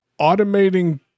automating